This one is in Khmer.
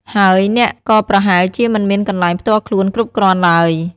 ហើយអ្នកក៏ប្រហែលជាមិនមានកន្លែងផ្ទាល់ខ្លួនគ្រប់គ្រាន់ឡើយ។